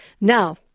now